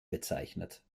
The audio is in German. bezeichnet